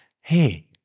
hey